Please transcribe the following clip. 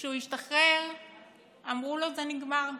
כשהוא השתחרר אמרו לו: זה נגמר,